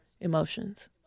emotions